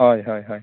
ᱦᱳᱭ ᱦᱳᱭ ᱦᱳᱭ